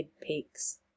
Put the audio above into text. peaks